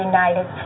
United